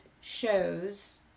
shows